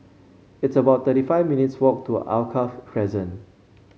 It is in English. it's about thirty five minutes' walk to Alkaff Crescent